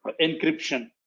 encryption